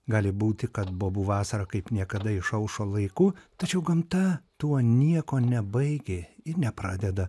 gali būti kad bobų vasara kaip niekada išaušo laiku tačiau gamta tuo nieko nebaigia ir nepradeda